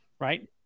Right